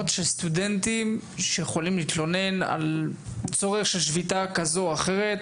של סטודנטים שיכולים להתלונן על צורך של שביתה כזו או אחרת?